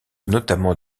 notamment